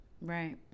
Right